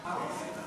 להצבעה.